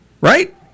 right